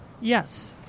Yes